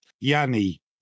Yanni